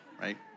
right